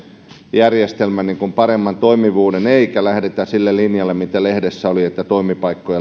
järjestelmän paremman toimivuuden eikä lähdetä sille linjalle mitä lehdessä oli että toimipaikkoja